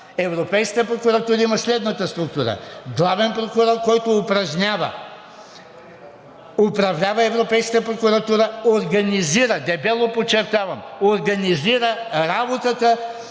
„Европейската прокуратура има следната структура: главен прокурор, който управлява Европейската прокуратура, организира – дебело подчертавам – организира работата